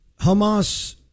Hamas